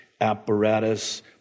Apparatus